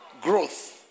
growth